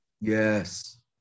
Yes